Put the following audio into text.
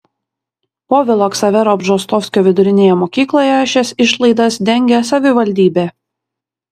povilo ksavero bžostovskio vidurinėje mokykloje šias išlaidas dengia savivaldybė